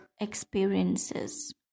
experiences